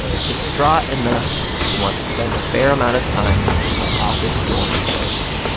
distraught enough to want to spend a fair amount of time with my office door closed.